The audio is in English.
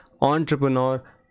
entrepreneur